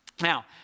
Now